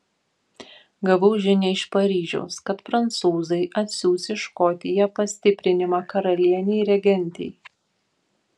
gavau žinią iš paryžiaus kad prancūzai atsiųs į škotiją pastiprinimą karalienei regentei